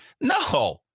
no